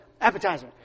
Appetizer